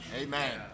Amen